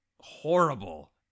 horrible